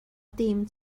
dim